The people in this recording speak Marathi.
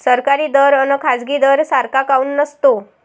सरकारी दर अन खाजगी दर सारखा काऊन नसतो?